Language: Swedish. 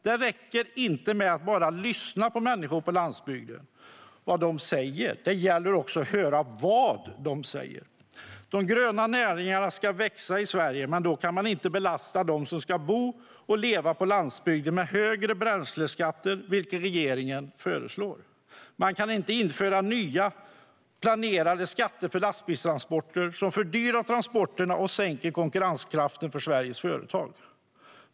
Det räcker inte med att bara lyssna på vad människor på landsbygden säger utan det gäller också att höra vad de säger. De gröna näringarna ska växa i Sverige, men då kan man inte belasta dem som ska bo och leva på landsbygden med högre bränsleskatter, vilket regeringen föreslår. Man kan inte införa nya planerade skatter för lastbilstransporter som fördyrar transporterna och sänker konkurrenskraften för Sveriges företag.